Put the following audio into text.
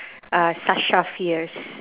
uh sasha fierce